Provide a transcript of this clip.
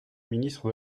ministre